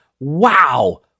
Wow